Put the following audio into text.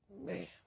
Man